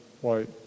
white